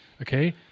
okay